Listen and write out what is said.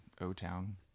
o-town